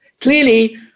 Clearly